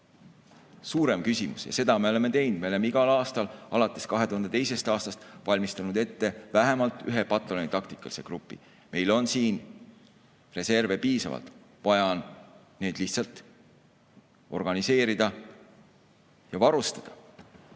suurem küsimus ja seda me oleme teinud, me oleme igal aastal alates 2002. aastast valmistanud ette vähemalt ühe pataljoni taktikalise grupi. Meil on siin reserve piisavalt, vaja on need lihtsalt organiseerida ja varustada.